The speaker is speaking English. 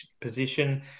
position